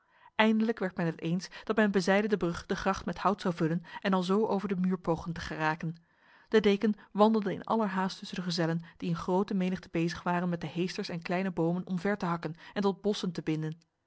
eindelijk werd men het eens dat men bezijden de brug de gracht met hout zou vullen en alzo over de muur pogen te geraken de deken wandelde in allerhaast tussen de gezellen die in grote menigte bezig waren met de heesters en kleine bomen omver te hakken en tot bossen te binden